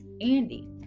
Andy